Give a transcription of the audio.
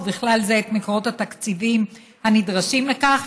ובכלל זה את המקורות התקציביים הנדרשים לכך,